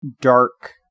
dark